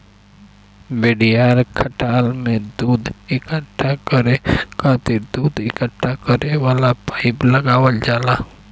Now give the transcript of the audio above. बड़ियार खटाल में दूध इकट्ठा करे खातिर दूध इकट्ठा करे वाला पाइप लगावल जाला